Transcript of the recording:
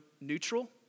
Neutral